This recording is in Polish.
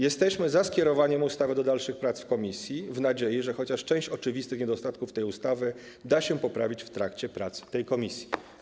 Jesteśmy za skierowaniem ustawy do dalszych prac w komisji w nadziei, że chociaż część oczywistych niedostatków tej ustawy da się poprawić w trakcie prac tej komisji.